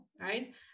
right